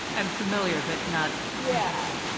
and familiar, but not yeah.